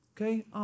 okay